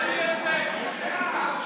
אז כל מי שרוצה פטור מוויזה מוזמן לתמוך בחוק.